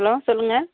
hello சொல்லுங்க